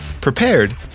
prepared